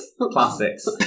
Classics